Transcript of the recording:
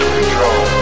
control